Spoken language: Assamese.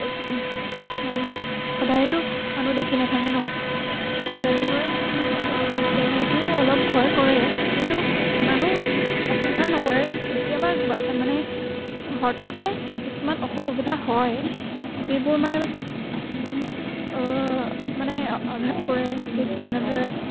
মানুহ সদায়তো মানুহ দেখি নাথাকে নহ্ তেনেকৈ তাহাঁতেও অলপ ভয় কৰে কিন্তু ইমানো অপকাৰ নকৰে কেতিয়াবা মানে হঠাতে কিছুমান অসুবিধা হয় যিবোৰ মানে মানে আঘাত কৰে ঠিক তেনেদৰে